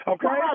Okay